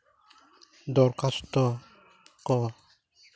ᱫᱚᱨᱠᱷᱟᱥᱛᱚ ᱠᱚ